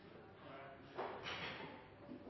Takk